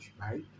right